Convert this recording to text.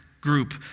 group